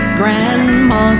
grandma